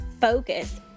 focus